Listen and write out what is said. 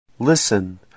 Listen